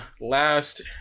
Last